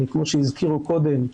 כמו שהזכירו קודם,